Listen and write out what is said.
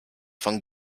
von